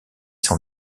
son